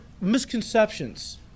misconceptions